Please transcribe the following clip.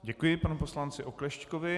Děkuji panu poslanci Oklešťkovi.